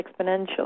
exponential